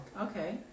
Okay